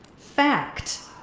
fact,